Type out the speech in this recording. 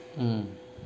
mm